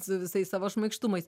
su visais savo šmaikštumais